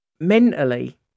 mentally